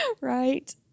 Right